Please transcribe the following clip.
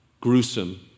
gruesome